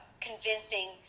convincing